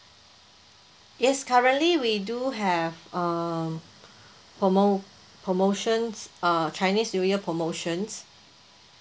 yes currently we do have uh promo promotions uh chinese new year promotions